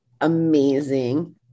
amazing